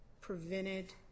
prevented